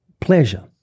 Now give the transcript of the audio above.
pleasure